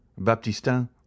baptistin